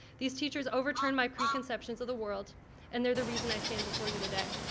these teachers overturn my preconceptions of the world and they're the reason i stand before you today.